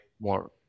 more